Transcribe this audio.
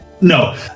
No